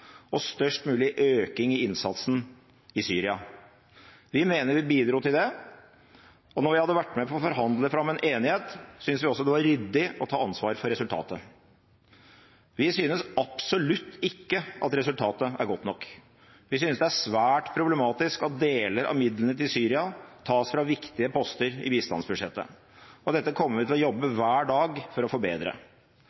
og størst mulig økning i innsatsen i Syria. Vi mener vi bidro til det, og da vi hadde vært med på å forhandle fram en enighet, syntes vi også det var ryddig å ta ansvar for resultatet. Vi synes absolutt ikke at resultatet er godt nok. Vi synes det er svært problematisk at deler av midlene til Syria tas fra viktige poster i bistandsbudsjettet, og dette kommer vi til å jobbe hver dag for å forbedre.